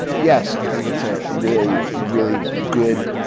yes, i think it's a really ah really good.